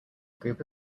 group